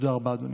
תודה רבה, אדוני.